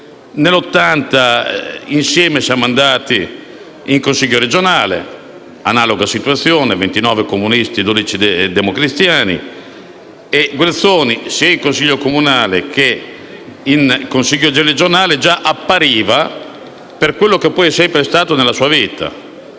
Nel 1980, insieme siamo andati in Consiglio regionale, con una analoga situazione: ventinove comunisti e dodici democristiani. Guerzoni, sia in Consiglio comunale che in Consiglio regionale, già appariva per quello che è sempre stato nella sua vita: